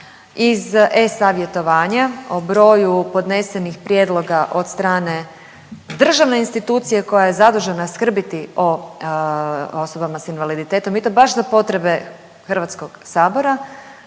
iz e savjetovanja o broju podnesenih prijedloga od strane državne institucije koja je zadužena skrbiti o osobama s invaliditetom i to baš za potrebe Hrvatskog sabora,